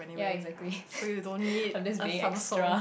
ya exactly I'm just being extra